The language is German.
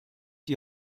die